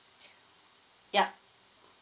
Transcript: yup